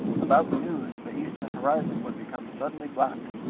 about noon the eastern horizon would become suddenly black,